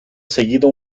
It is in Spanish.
seguido